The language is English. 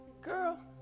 Girl